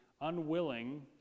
unwilling